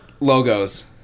Logos